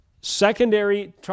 secondary